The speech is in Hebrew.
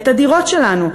את הדירות שלנו.